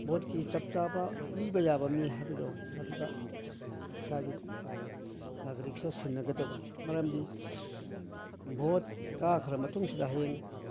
ꯚꯣꯠꯀꯤ ꯆꯞ ꯆꯥꯕ ꯄꯤꯕ ꯌꯥꯕ ꯃꯤ ꯍꯥꯏꯕꯗꯣ ꯃꯗꯨꯗ ꯏꯁꯥꯒꯤ ꯅꯥꯒꯔꯤꯛꯁꯦ ꯁꯤꯟꯅꯒꯗꯕꯅꯤ ꯃꯔꯝꯗꯤ ꯚꯣꯠ ꯀꯥꯈ꯭ꯔ ꯃꯇꯨꯡꯁꯤꯗ ꯍꯌꯦꯡ